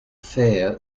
fair